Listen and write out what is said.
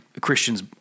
Christians